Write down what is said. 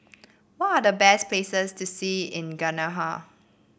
what are the best places to see in Ghana